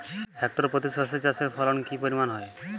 Hectare প্রতি সর্ষে চাষের ফলন কি পরিমাণ হয়?